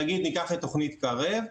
ניקח לדוגמה את תוכנית קרב.